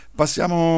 passiamo